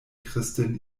christin